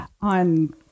on